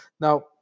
Now